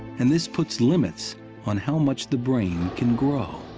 and this puts limits on how much the brain can grow.